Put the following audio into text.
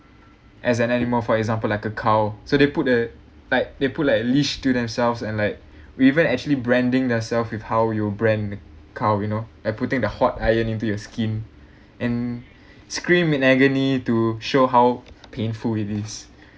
as an animal for example like a cow so they put a like they put like leash to themselves and like will even actually branding their self with how you brand a cow you know and putting the hot iron into your skin and scream in agony to show how painful it is